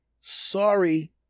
Sorry